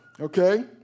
okay